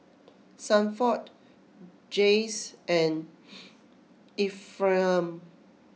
Sanford Janyce and Ephriam